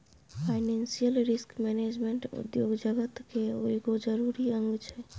financial risk management उद्योग जगत केर एगो जरूरी अंग छै